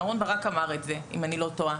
אהרן ברק אמר את זה, אם אני לא טועה.